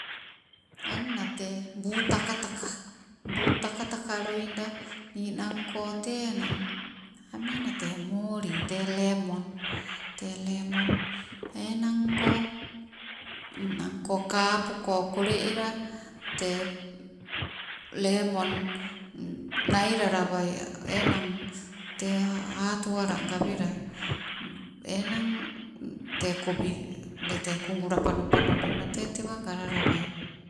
Anna tee buu takataka, buu takataka loida ninang koo tei enang amiinate moli tee lemon, tee lemon enango ninanko kapuko kole ela tee lemon nailalawai nang tee atuwala, gawela enang tee kowi ule tee kugula panopano bema tee tewa galalawai.